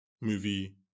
movie